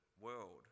world